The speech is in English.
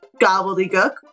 gobbledygook